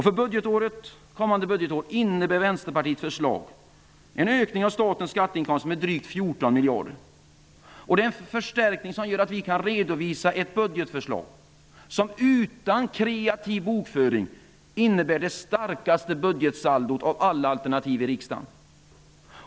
För kommande budgetår innebär Vänsterpartiets förslag en ökning av statens skatteinkomster med drygt 14 miljarder. Det är en förstärkning som gör att vi kan redovisa ett budgetförslag som utan kreativ bokföring innebär det starkaste budgetsaldot av alla alternativ i riksdagen.